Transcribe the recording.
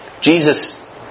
Jesus